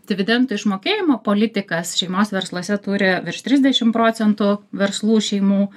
dividendų išmokėjimo politikas šeimos versluose turi virš trisdešim procentų verslų šeimų